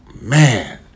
man